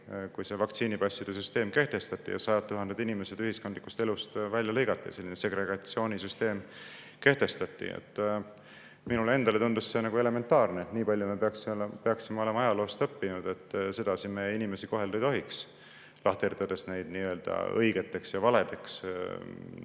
kui vaktsiinipasside süsteem kehtestati ja sajad tuhanded inimesed ühiskondlikust elust välja lõigati, kehtestati segregatsioonisüsteem. Minule endale tundus elementaarne, et nii palju me peaksime olema ajaloost õppinud, et sedasi me inimesi kohelda ei tohiks, lahterdades neid õigeteks ja valedeks